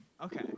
Okay